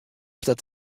dat